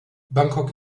bangkok